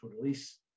release